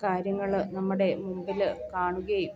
കാര്യങ്ങൾ നമ്മുടെ മുൻപിൽ കാണുകയും